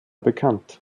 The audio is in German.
bekannt